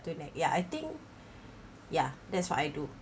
to nag ya I think ya that's what I do